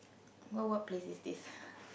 what what place is this